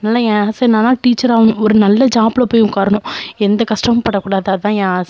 அதனால் ஏன் ஆச என்னன்னா டீச்சர் ஆகணும் ஒரு நல்ல ஜாப்ல போய் உட்காரணும் எந்த கஷ்டமும் படக்கூடாது அதான் என் ஆசை